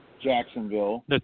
Jacksonville